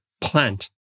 plant